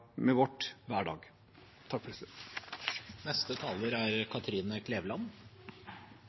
med vårt hver dag.